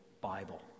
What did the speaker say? bible